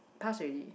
pass already